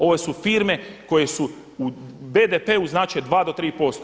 Ovo su firme koje su, u BDP-u znače 2 do 3%